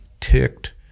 ticked